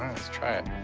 let's try it.